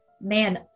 man